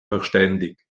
verständigt